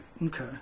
Okay